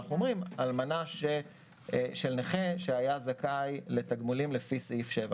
אנחנו אומרים: "אלמנה של נכה שהיה זכאי לתגמולים לפי סעיף 7",